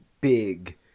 big